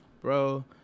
bro